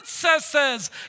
princesses